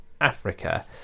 Africa